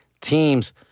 teams